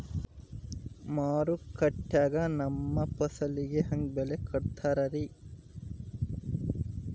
ಮಾರುಕಟ್ಟೆ ಗ ನಮ್ಮ ಫಸಲಿಗೆ ಹೆಂಗ್ ಬೆಲೆ ಕಟ್ಟುತ್ತಾರ ರಿ?